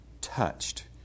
touched